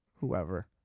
Whoever